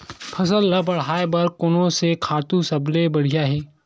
फसल ला बढ़ाए बर कोन से खातु सबले बढ़िया हे?